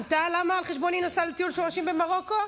ענתה למה על חשבוני נסעה לטיול שורשים במרוקו?